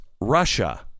Russia